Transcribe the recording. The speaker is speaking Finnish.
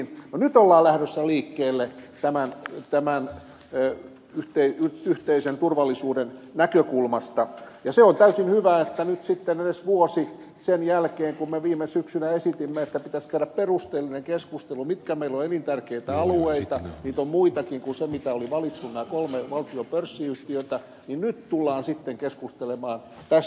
nyt ollaan lähdössä liikkeelle tämän yhteisen turvallisuuden näkökulmasta ja se on täysin hyvä että nyt sitten edes vuosi sen jälkeen kun me viime syksynä esitimme että pitäisi käydä perusteellinen keskustelu mitkä ovat meille elintärkeitä alueita niitä on muitakin kuin ne mitä oli valittu nämä kolme valtion pörssiyhtiötä niin nyt tullaan sitten keskustelemaan tästä